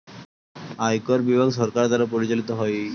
আয়কর বিভাগ সরকার দ্বারা পরিচালিত হয়